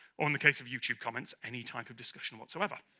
or in the case of youtube comments any type of discussion whatsoever